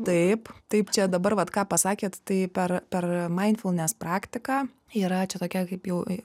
taip taip čia dabar vat ką pasakėt tai per per maindfulnes praktiką yra čia tokia kaip jau